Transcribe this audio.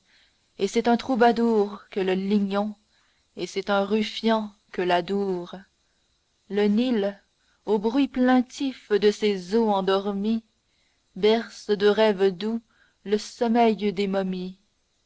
et c'est un troubadour que le lignon et c'est un ruffian que l'adour le nil au bruit plaintif de ses eaux endormies berce de rêves doux le sommeil des momies